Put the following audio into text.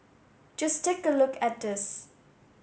just take a look at these